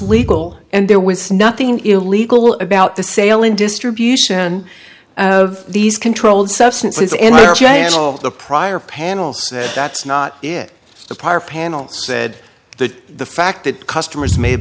legal and there was nothing illegal about the sale and distribution of these controlled substances and the prior panel said that's not it the prior panel said that the fact that customers may have